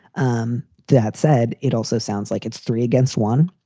um that said, it also sounds like it's three against one.